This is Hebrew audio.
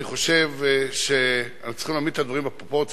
אני חושב שאנחנו צריכים להעמיד את הדברים בפרופורציות.